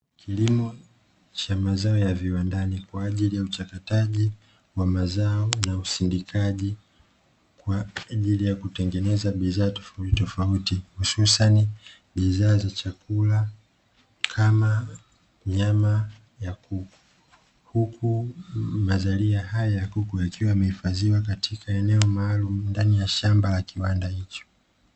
Kilimo cha mazao ya viwandani, kwa ajili ya uchakataji wa mazao na usindikaji kwa ajili ya kutengeneza bidhaa tofautitofauti, hususani bidhaa za chakula, kama nyama ya kuku, huku mazalia haya ya kuku yakiwa yamehifadhiwa katika eneo maalumu ndani ya shamba la kiwanda hicho.